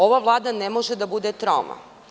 Ova Vlada ne može da bude troma.